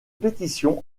pétition